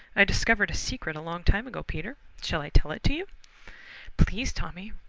i discovered a secret a long time ago, peter shall i tell it to please, tommy,